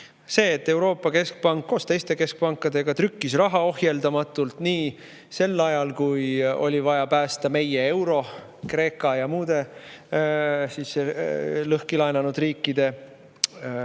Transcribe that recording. see, et Euroopa Keskpank koos teiste keskpankadega trükkis raha ohjeldamatult nii sel ajal, kui oli vaja päästa meie euro Kreeka ja muude lõhki laenanud riikide